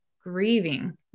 grieving